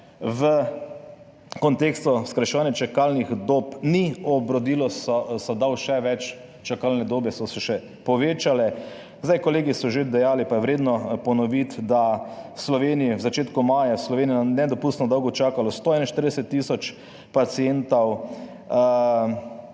v kontekstu skrajševanja čakalnih dob ni obrodilo sadov, še več, čakalne dobe so se še povečale. Zdaj, kolegi so že dejali, pa je vredno ponoviti, da v Sloveniji v začetku maja, v Sloveniji na nedopustno dolgo čakalo 141 tisoč pacientov.